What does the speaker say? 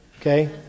okay